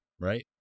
right